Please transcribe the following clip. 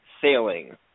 sailing